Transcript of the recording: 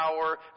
power